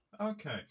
okay